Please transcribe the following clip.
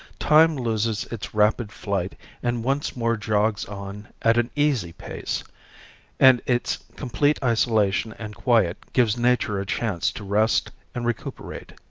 time loses its rapid flight and once more jogs on at an easy pace and its complete isolation and quiet gives nature a chance to rest and recuperate